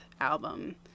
album